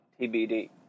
TBD